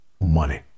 money